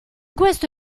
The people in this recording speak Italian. questo